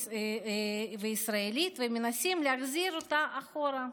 וישראלית ומנסים להחזיר אותה אחורה.